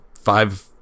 five